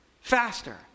faster